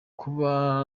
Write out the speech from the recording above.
kuba